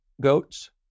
goats